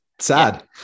Sad